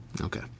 Okay